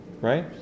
Right